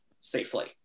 safely